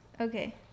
Okay